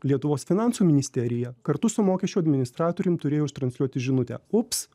lietuvos finansų ministerija kartu su mokesčių administratorium turėjo ištransliuoti žinutę ups